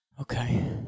Okay